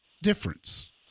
Difference